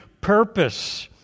purpose